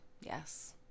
Yes